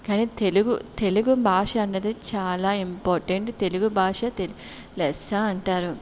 కానీ తెలుగు తెలుగు భాష అన్నది చాలా ఇంపార్టెంట్ తెలుగు భాష తె లెస్సా అంటారు